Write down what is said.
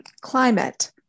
climate